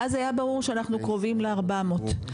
ואז היה ברור שאנחנו קרובים ל-400.